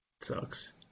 Sucks